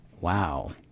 Wow